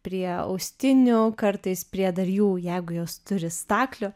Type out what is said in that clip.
prie austinių kartais prie dar jų jeigu jos turi staklių